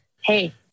Hey